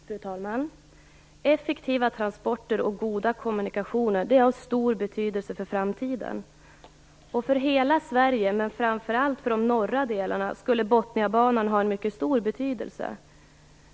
Fru talman! Effektiva transporter och goda kommunikationer är av stor betydelse för framtiden. För hela Sverige men framför allt för de norra delarna skulle Botniabanan ha en mycket stor betydelse.